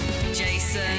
Jason